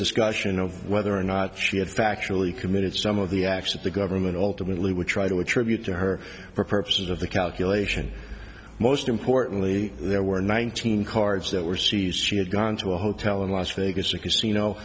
discussion of whether or not she had factually committed some of the acts that the government ultimately would try to attribute to her for purposes of the calculation most importantly there were nineteen cards that were seized she had gone to a hotel in las vegas a casino